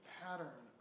pattern